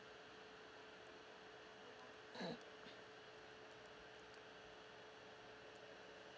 mm